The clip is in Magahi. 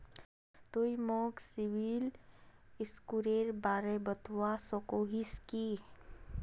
तुई मोक सिबिल स्कोरेर बारे बतवा सकोहिस कि?